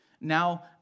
Now